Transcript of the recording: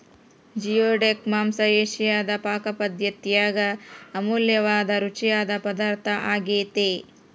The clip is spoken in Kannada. ಜಿಯೋಡಕ್ ಮಾಂಸ ಏಷಿಯಾದ ಪಾಕಪದ್ದತ್ಯಾಗ ಅಮೂಲ್ಯವಾದ ರುಚಿಯಾದ ಪದಾರ್ಥ ಆಗ್ಯೆತೆ